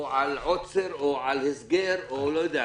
על עוצר או על הסגר או לא יודע מה.